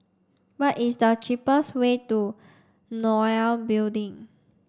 what is the cheapest way to NOL Building